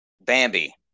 Bambi